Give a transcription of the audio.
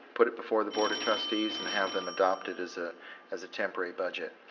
put it before the board of trustees and have them adapted as ah as a temporary budget.